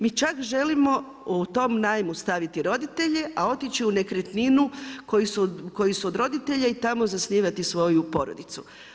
Mi čak želimo u tom najmu staviti roditelje, a otići u nekretninu koju su od roditelja i tamo Zasnivati svoju porodicu.